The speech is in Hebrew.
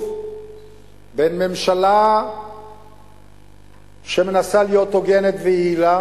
בין ממשלה שמנסה להיות הוגנת ויעילה